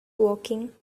working